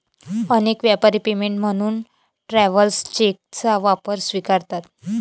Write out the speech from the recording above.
अनेक व्यापारी पेमेंट म्हणून ट्रॅव्हलर्स चेकचा वापर स्वीकारतात